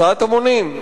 הסעת המונים.